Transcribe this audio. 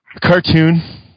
cartoon